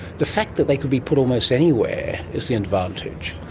the fact that they could be put almost anywhere is the advantage.